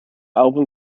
album